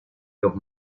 los